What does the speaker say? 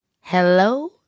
hello